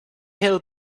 hill